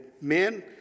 men